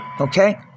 okay